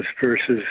versus